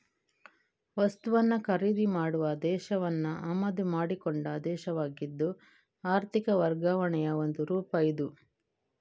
ವಸ್ತುವನ್ನ ಖರೀದಿ ಮಾಡುವ ದೇಶವನ್ನ ಆಮದು ಮಾಡಿಕೊಂಡ ದೇಶವಾಗಿದ್ದು ಆರ್ಥಿಕ ವರ್ಗಾವಣೆಯ ಒಂದು ರೂಪ ಇದು